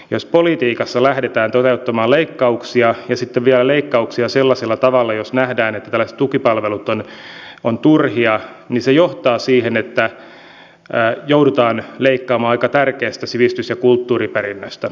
jos politiikassa lähdetään toteuttamaan leikkauksia ja sitten vielä leikkauksia sellaisella tavalla että nähdään että tällaiset tukipalvelut ovat turhia niin se johtaa siihen että joudutaan leikkaamaan aika tärkeästä sivistys ja kulttuuriperinnöstä